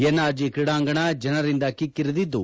NRG ಕ್ರೀಡಾಂಗಣ ಜನರಿಂದ ಕಿಕ್ಕಿರಿದಿದ್ದು